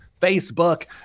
Facebook